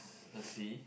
a sea